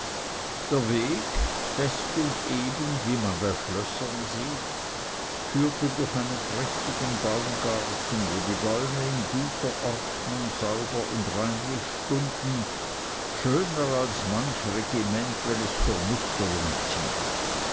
der weg fest und eben wie man bei schlössern sieht führte durch einen prächtigen baumgarten wo die bäume in guter ordnung sauber und reinlich stunden schöner als manch regiment wenn es zur musterung zieht